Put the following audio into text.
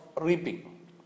reaping